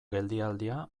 geldialdia